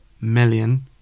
million